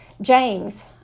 James